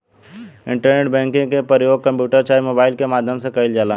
internet banking के परयोग computer चाहे मोबाइल के माध्यम से कईल जाला